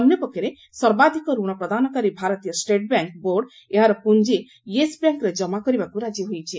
ଅନ୍ୟ ପକ୍ଷରେ ସର୍ବାଧିକ ରଣପ୍ରଦାନକାରୀ ଭାରତୀୟ ଷ୍ଟେଟ୍ବ୍ୟାଙ୍କ୍ ବୋର୍ଡ ଏହାର ପୁଞ୍ଜି ୟେସ୍ ବ୍ୟାଙ୍କ୍ରେ ଜମା କରିବାକୁ ରାଜି ହୋଇଛି